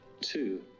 Two